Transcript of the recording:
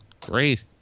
Great